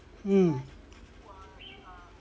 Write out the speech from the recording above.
mm